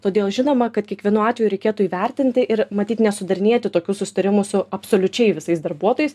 todėl žinoma kad kiekvienu atveju reikėtų įvertinti ir matyt nesudarinėti tokių susitarimų su absoliučiai visais darbuotojais